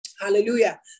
Hallelujah